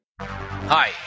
Hi